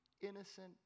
innocent